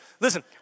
Listen